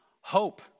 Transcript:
hope